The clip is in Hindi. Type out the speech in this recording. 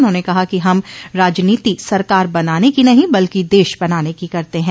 उन्होंने कहा कि हम राजनीति सरकार बनाने की नहीं बल्कि देश बनाने की करते हैं